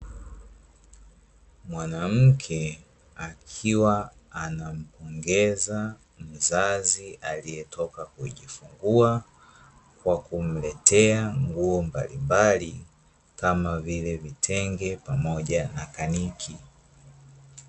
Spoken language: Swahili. mwanamke akiwa anampongeza mzazi, alietoka kujifungua kwa kumletea nguo mbalimbali, kama vile vitenge pamoja na kaniki